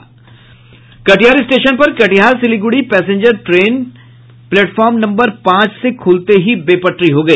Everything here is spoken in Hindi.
कटिहार स्टेशन पर Katihar Siliguri passenger DEMU train platform number पांच से खुलते ही बेपटरी हो गई